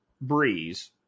Breeze